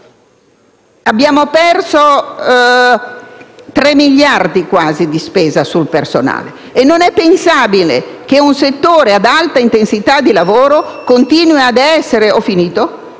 Abbiamo perso quasi tre miliardi di spesa sul personale. Non è pensabile che un settore ad alta intensità di lavoro continui ad essere